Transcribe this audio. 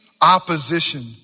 opposition